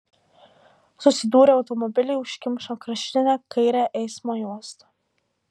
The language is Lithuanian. susidūrę automobiliai užkimšo kraštinę kairę eismo juostą